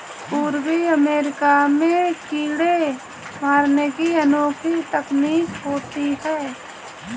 पूर्वी अमेरिका में कीड़े मारने की अनोखी तकनीक होती है